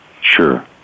Sure